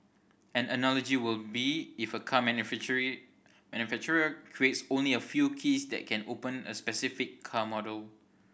an analogy will be if a car manufacture manufacturer creates only a few keys that can open a specific car model